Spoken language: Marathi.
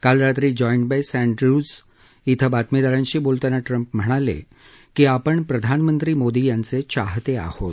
काल रात्री जॉइन्ट बेस अस्त्रियूज इथं बातमीदारांशी बोलताना ट्रम्प म्हणाले की आपण प्रधानमंत्री मोदी यांचे चाहते आहोत